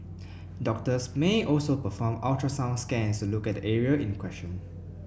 doctors may also perform ultrasound scans to look at the area in question